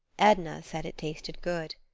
edna said it tasted good.